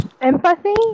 Empathy